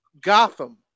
Gotham